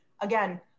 again